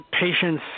patients